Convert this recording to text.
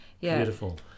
beautiful